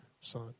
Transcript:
son